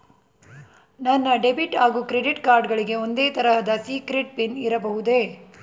ನನ್ನ ಡೆಬಿಟ್ ಹಾಗೂ credit card ಗಳಿಗೆ ಒಂದೇ ತರಹದ ಸೀಕ್ರೇಟ್ ಪಿನ್ ಇಡಬಹುದೇ?